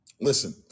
listen